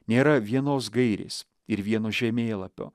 nėra vienos gairės ir vieno žemėlapio